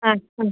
ആ